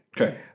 Okay